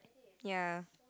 ya